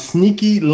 Sneaky